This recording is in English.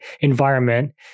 environment